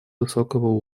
высокого